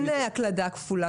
אין הקלדה כפולה.